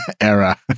era